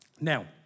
Now